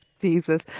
Jesus